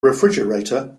refrigerator